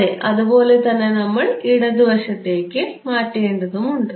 അതെ അതുപോലെ തന്നെ നിങ്ങൾ ഇടതുവശത്തേക്ക് മാറ്റേണ്ടതുണ്ട്